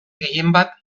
gehienbat